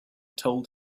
told